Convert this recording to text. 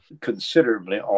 considerably